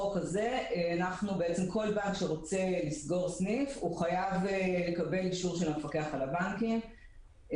כל בנק שרוצה לסגור סניף חייב לקבל אישור של המפקח על הבנקים.